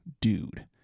dude